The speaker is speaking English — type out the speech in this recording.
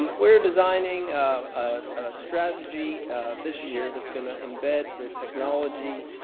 um we're designing a strategy this year that's going to embed the technology,